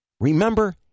Remember